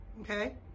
okay